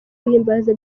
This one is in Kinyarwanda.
guhimbaza